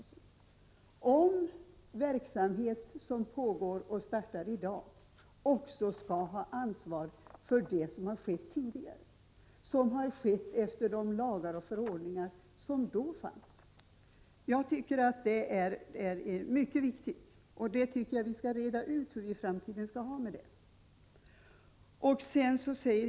Skall en verksamhet som nu startar också ha ansvaret för det som skett tidigare och som utförts i enlighet med de lagar och förordningar som då gällde? Det är mycket viktigt att reda ut vad som skall gälla i framtiden härvidlag.